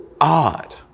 odd